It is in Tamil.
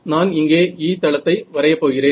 நான் இங்கே E தளத்தை வரைய போகிறேன்